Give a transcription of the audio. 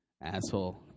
Asshole